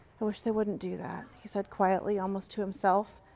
i wish they wouldn't do that, he said quietly, almost to himself.